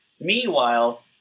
Meanwhile